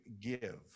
give